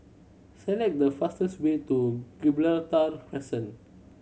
select the fastest way to Gibraltar Crescent